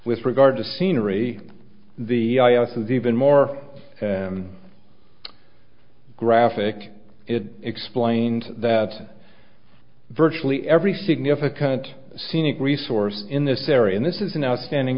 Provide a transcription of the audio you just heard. with regard to scenery the us is even more graphic it explained that virtually every significant scenic resource in this area and this is an outstanding